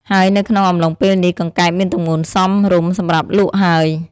ហើយនៅក្នុងអំឡុងពេលនេះ កង្កែបមានទម្ងន់សមរម្យសម្រាប់លក់ហើយ។